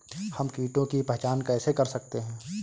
हम कीटों की पहचान कैसे कर सकते हैं?